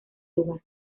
lugar